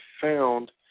found